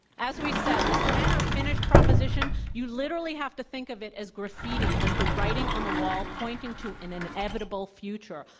as we said, this men are finished proposition, you literally have to think of it as graffiti, as the writing on the wall pointing to an an inevitable future.